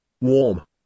warm